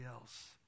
else